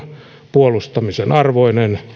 puolustamisen arvoinen